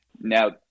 now